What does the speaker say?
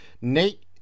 Nate